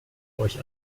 euch